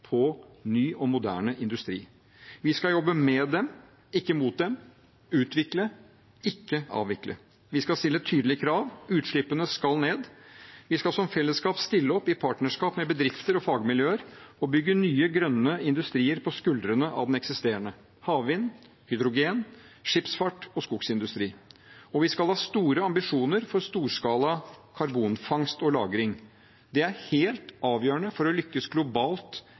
på ny og moderne industri. Vi skal jobbe med dem, ikke mot dem, utvikle, ikke avvikle. Vi skal stille tydelige krav. Utslippene skal ned. Vi skal som fellesskap stille opp i partnerskap med bedrifter og fagmiljøer og bygge nye, grønne industrier på skuldrene av den eksisterende – havvind, hydrogen, skipsfart og skogsindustri – og vi skal ha store ambisjoner for storskala karbonfangst og -lagring. Det er helt avgjørende for å lykkes globalt